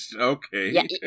Okay